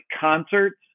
concerts